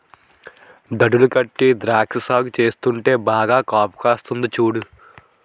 దడులు గట్టీ ద్రాక్ష సాగు చేస్తుంటే బాగా కాపుకాస్తంది సూడు